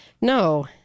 No